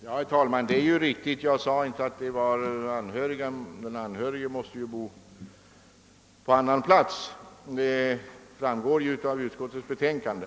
Herr talman! Det är riktigt att den anhörige måste bo på annan plats; det framgår också av utskottets betänkande.